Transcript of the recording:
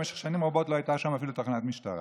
במשך שנים רבות אפילו לא הייתה שם תחנת משטרה.